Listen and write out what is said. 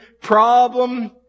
problem